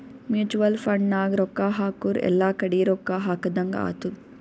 mutual fund ನಾಗ್ ರೊಕ್ಕಾ ಹಾಕುರ್ ಎಲ್ಲಾ ಕಡಿ ರೊಕ್ಕಾ ಹಾಕದಂಗ್ ಆತ್ತುದ್